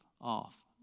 off